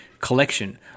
collection